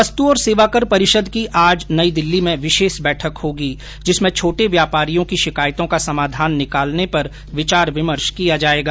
वस्तु और सेवा कर परिषद की आज नई दिल्ली में विशेष बैठक होगी जिसमें छोटे व्यापारियों की शिकायतों का समाधान निकालने पर विचार विमर्श किया जायेगा